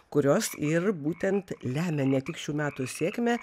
kurios ir būtent lemia ne tik šių metų sėkmę